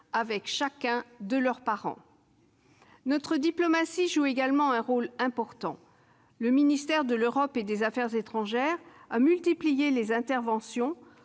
avec chacun de leurs parents. Notre diplomatie joue également un rôle important. Le ministère de l'Europe et des affaires étrangères a multiplié les interventions,